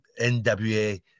NWA